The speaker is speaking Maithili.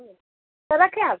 तो रखें अब